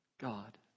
God